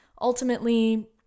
Ultimately